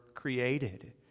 created